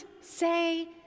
say